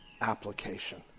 application